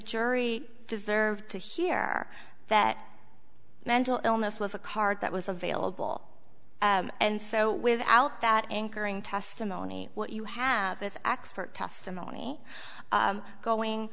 jury deserved to hear that mental illness was a card that was available and so without that anchoring testimony what you have is x for testimony going